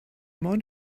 mind